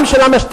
גם של המשטרה,